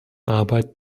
arbeit